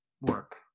work